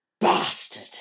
bastard